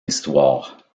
histoire